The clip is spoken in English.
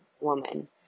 woman